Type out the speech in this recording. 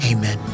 Amen